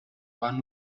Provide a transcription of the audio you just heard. waren